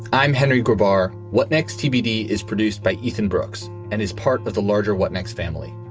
i'm henry gabbar. what next? tbd is produced by ethan brooks and is part of the larger what next family.